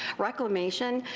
reclamation,